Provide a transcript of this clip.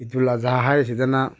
Idul Azha ꯍꯥꯏꯔꯤꯁꯤꯗꯅ